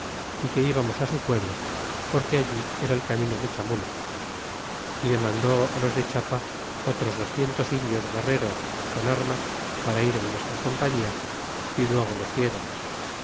é que íbamos su pueblo porque allí era el camino de chamula y demandó los de chiapa otros docientos indios guerreros con armas para ir en nuestra compañia y luego los dieron